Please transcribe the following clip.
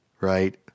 right